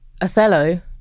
Othello